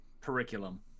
curriculum